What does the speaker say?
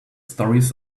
stories